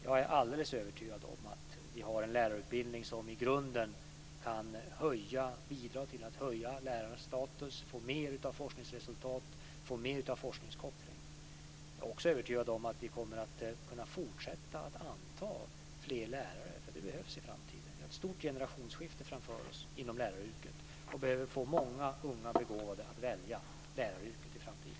Jag är alldeles övertygad om att vi har en lärarutbildning som i grunden kan bidra till att höja lärarnas status och till att vi får mer av forskningsresultat och mer av forskningskoppling. Jag är också övertygad om att vi kommer att kunna fortsätta att anta fler till lärarutbildningen, för det behövs i framtiden. Vi har ett stort generationsskifte framför oss inom läraryrket, och vi behöver få många unga begåvade att välja läraryrket i framtiden.